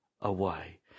away